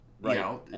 Right